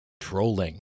Trolling